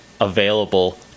available